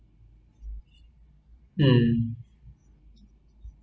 hmm